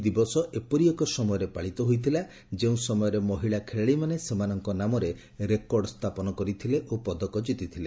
ଏହି ଦିବସ ଏପରି ଏକ ସମୟରେ ପାଳିତ ହୋଇଥିଲା ଯେଉଁ ସମୟରେ ମହିଳା ଖେଳାଳିମାନେ ସେମାନଙ୍କ ନାମରେ ରେକର୍ଡ଼ ସ୍ଥାପନ କରିଥିଲେ ଓ ପଦକ ଜିତିଥିଲେ